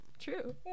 True